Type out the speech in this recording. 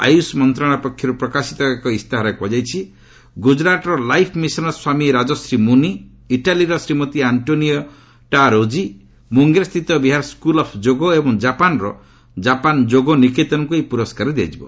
ଆୟୁଷ ମନ୍ତ୍ରଣାଳୟ ପକ୍ଷରୁ ପ୍ରକାଶିତ ଏକ ଇସ୍ତାହାରରେ କୁହାଯାଇଛି ଗୁଜରାଟ ଲାଇଫ୍ ମିଶନ୍ର ସ୍ୱାମୀ ରାଜଶ୍ରୀ ମୁନୀ ଇଟାଲୀର ଶ୍ରୀମତୀ ଆକ୍ଟୋନିଏଟା ରୋଜୀ ମୁଙ୍ଗେର୍ ସ୍ଥିତ ବିହାର ସ୍କୁଲ୍ ଅଫ୍ ଯୋଗ ଏବଂ ଜାପାନ୍ର ଜାପାନ୍ ଯୋଗ ନିକେତନକୁ ଏଇ ପୁରସ୍କାର ଦିଆଯିବ